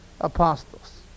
apostles